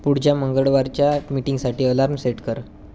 पुढच्या मंगळवारच्या मिटिंगसाठी अलार्म सेट कर